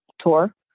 tour